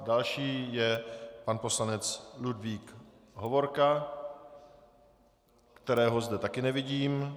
Další je pan poslanec Ludvík Hovorka, kterého zde také nevidím.